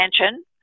attention